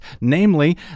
namely